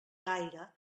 gaire